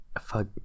fuck